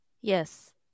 Yes